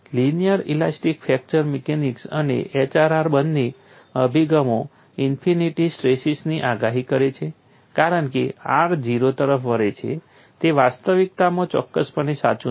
linear elastic fracture mechanics અને HRR બંને અભિગમો ઇન્ફિનિટી સ્ટ્રેસીસની આગાહી કરે છે કારણ કે r 0 તરફ વળે છે તે વાસ્તવિકતામાં ચોક્કસપણે સાચું નથી